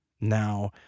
Now